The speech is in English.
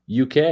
UK